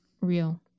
real